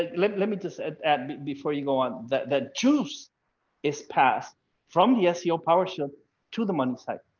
ah let let me just add add before you go on that that juice is passed from the seo powershell. to the money site.